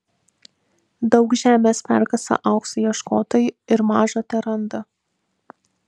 daug žemės perkasa aukso ieškotojai ir maža teranda